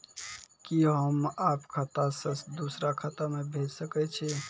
कि होम आप खाता सं दूसर खाता मे भेज सकै छी?